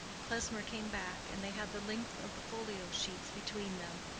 klesmer came back, and they had the length of the folio sheets between them.